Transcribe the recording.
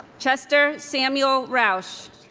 chester samuel roush